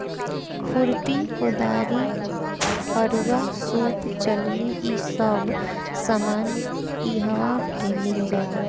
खुरपी, कुदारी, फरूहा, सूप चलनी इ सब सामान इहवा पे मिल जाला